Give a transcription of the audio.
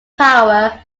power